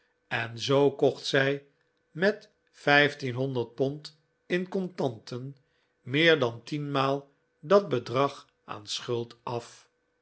en zoo kocht zij met vijftienhonderd pond in contanten meer dan tienmaal dat bedrag aan schuld af